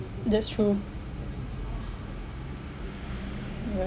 that's true